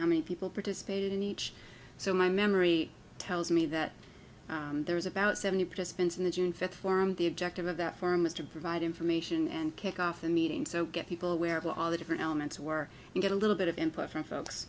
how many people participated in each so my memory tells me that there was about seventy percent in the june fifth form the objective of that forum was to provide information and kick off a meeting so get people aware of all the different elements were you get a little bit of input from folks